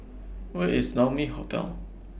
Where IS Naumi Hotel